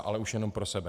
Ale už jenom pro sebe.